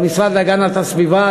המשרד להגנת הסביבה,